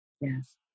Yes